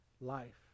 life